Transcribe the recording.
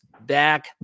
back